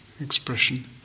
expression